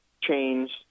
change